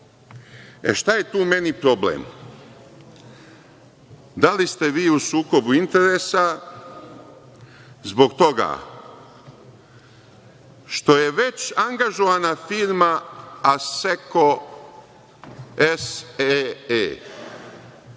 Šta je tu meni problem? Da li ste vi u sukobu interesa zbog toga što je već angažovana firma „Asseco SEE“,